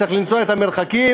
צריך לנסוע למרחקים,